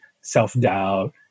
self-doubt